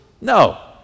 No